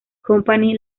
company